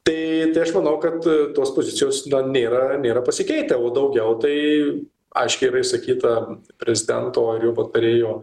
tai tai aš manau kad tos pozicijos na nėra nėra pasikeitę o daugiau tai aiškiai yra išsakyta prezidento patarėjo